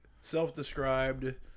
self-described